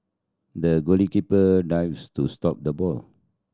the goalkeeper dives to stop the ball